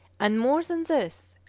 and more than this.